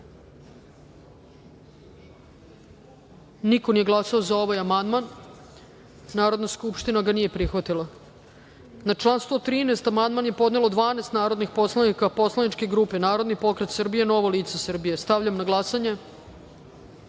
niko nije glasao za ovaj amandman. Narodna skupština ga nije prihvatila. Na član 87. amandman je podnelo 12 narodnih poslanika poslaničke grupe Narodni pokret Srbije – Novo lice Srbije. Stavljam na glasanje